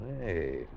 Hey